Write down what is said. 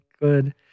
good